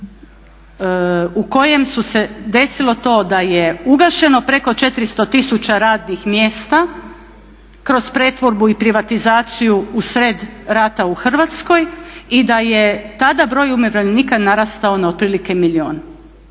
u kojem se desilo to da je ugašeno preko 400 tisuća radnih mjesta kroz pretvorbu i privatizaciju usred rata u Hrvatskoj i da je tada broj umirovljenika narastao na otprilike milijun